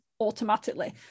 automatically